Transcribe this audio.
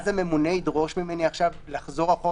אז הממונה ידרוש ממני עכשיו לחזור אחורה